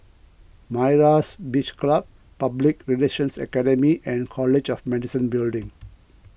Myra's Beach Club Public Relations Academy and College of Medicine Building